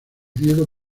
diego